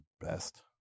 best